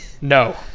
No